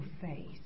face